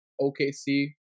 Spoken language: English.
OKC